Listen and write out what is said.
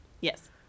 Yes